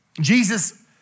Jesus